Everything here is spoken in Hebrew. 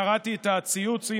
אני קראתי את הציוץ.